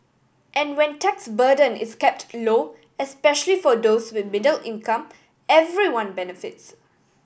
and when tax burden is kept low especially for those with middle income everyone benefits